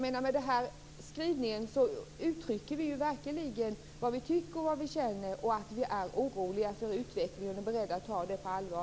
Med den skrivningen uttrycker vi verkligen vad vi tycker och vad vi känner och att vi är oroliga för utvecklingen och är beredd att ta den på allvar.